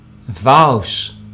vows